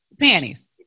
panties